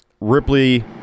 Ripley